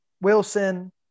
Wilson